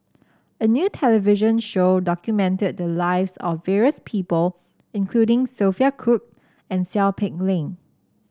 a new television show documented the lives of various people including Sophia Cooke and Seow Peck Leng